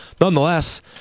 Nonetheless